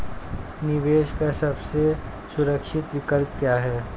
निवेश का सबसे सुरक्षित विकल्प क्या है?